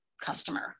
customer